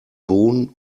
bohnen